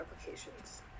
applications